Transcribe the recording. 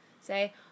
say